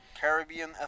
Caribbean